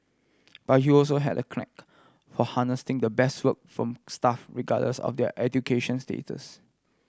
but he also had a knack for harnessing the best work from staff regardless of their education status